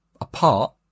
apart